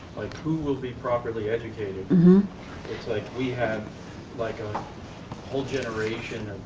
who will be properly educated? it's like we have like a whole generation